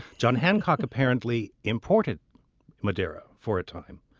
john hancock apparently imported madeira for a time.